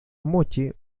moche